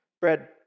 bread